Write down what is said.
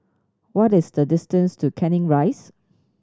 what is the distance to Canning Rise